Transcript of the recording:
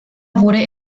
wurde